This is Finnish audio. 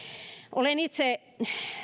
olen itse